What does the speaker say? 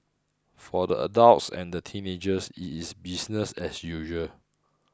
for the adults and the teenagers it is business as usual